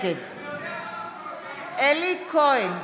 נגד אלי כהן,